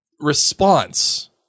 response